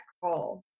call